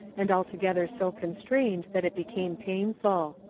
and altogether so constrained that it became painful.